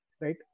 right